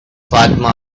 fatima